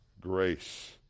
grace